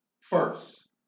First